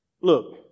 look